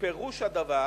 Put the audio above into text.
פירוש הדבר